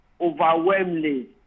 overwhelmingly